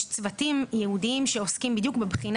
יש צוותים ייעודים שעוסקים בדיוק בבחינה